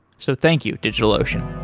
so thank you, digitalocean